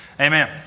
amen